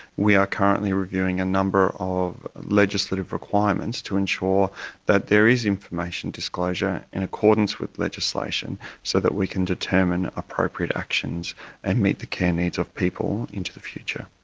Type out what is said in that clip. we are currently reviewing a number of legislative requirements to ensure that there is information disclosure in accordance with legislation so that we can determine appropriate actions and meet the care needs of people into the future.